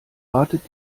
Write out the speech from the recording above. wartet